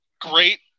great